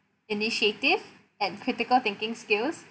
initiative and critical thinking skills